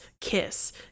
kiss